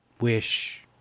wish